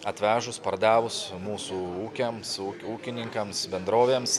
atvežus pardavus mūsų ūkiams ūk ūkininkams bendrovėms